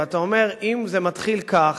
ואתה אומר, אם זה מתחיל כך,